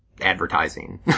Advertising